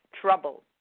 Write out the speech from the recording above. trouble